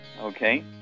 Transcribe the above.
okay